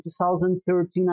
2013